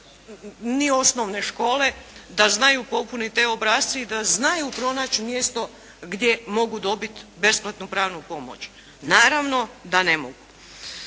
ni osnovne škole da znaju popuniti te obrasce i da znaju pronaći mjesto gdje mogu dobiti besplatnu pravnu pomoć. Naravno da ne mogu.